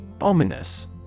Ominous